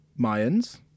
Mayans